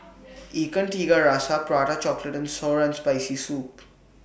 Ikan Tiga Rasa Prata Chocolate and Sour and Spicy Soup